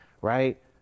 right